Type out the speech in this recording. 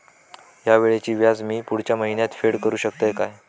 हया वेळीचे व्याज मी पुढच्या महिन्यात फेड करू शकतय काय?